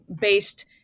based